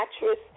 mattress